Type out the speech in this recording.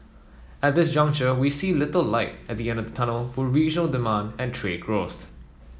at this juncture we see little light at the end of the tunnel for regional demand and trade growth